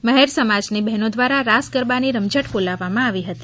મહેર સમાજની બહેનો દ્વારા રાસ ગરબાની રમઝટ બોલાવવામાં આવી હતી